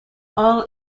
all